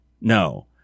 No